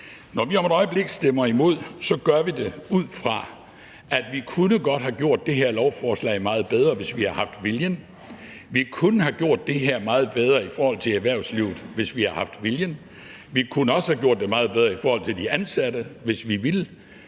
Venstre om et øjeblik stemmer imod, så gør det ud fra, at vi godt kunne have gjort det her lovforslag meget bedre, hvis vi havde haft viljen. Vi kunne have gjort det meget bedre i forhold til erhvervslivet, hvis vi havde haft viljen, vi kunne også have gjort det meget bedre i forhold til de ansatte, hvis vi ville,